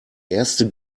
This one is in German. erste